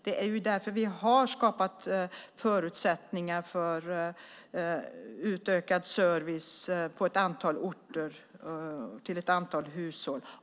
Det är därför vi har skapat förutsättningar för utökad service på ett antal orter till ett antal hushåll.